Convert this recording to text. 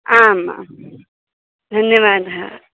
आम् आं धन्यवादः